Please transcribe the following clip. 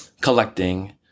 collecting